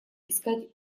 искать